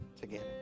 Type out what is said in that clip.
together